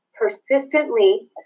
Persistently